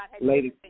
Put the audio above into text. Ladies